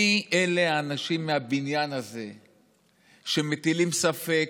מי אלה האנשים מהבניין הזה שמטילים ספק,